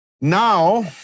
Now